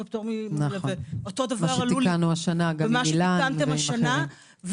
גם מה שתיקנתם השנה,